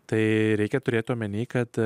tai reikia turėti omenyje kad